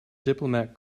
diplomat